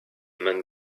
men